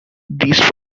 this